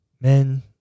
Men